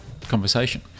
conversation